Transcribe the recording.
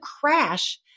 crash